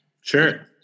Sure